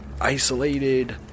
isolated